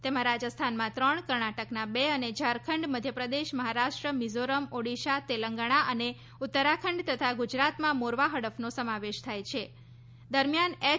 તેમાં રાજસ્થાનમાં ત્રણ કર્ણાટકના બે અને ઝારખંડ મધ્યપ્રદેશ મહારાષ્ટ્ર મિઝોરમ ઓડિશા તેલંગાણા અને ઉત્તરાખંડ તથા ગુજરાતમાં મોરવા હડફનો સમાવેશ થાય છ દરમિયાન એચ